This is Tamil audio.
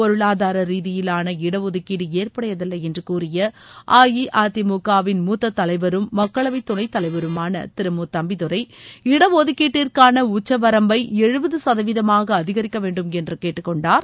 பொருளாதார ரீதியிலாள இடஒதுக்கீடு ஏற்படையதல்ல என்று கூறிய அஇஅதிமுகவின் மூத்த தலைவரும் மக்களவை துணைத் தலைவருமான திரு மு தம்பிதுரை இடஒதுக்கீட்டிற்கான உச்சவரம்பை சதவீதமாக அதிகரிக்க வேண்டும் என்று கேட்டுக்கொண்டார்